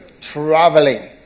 traveling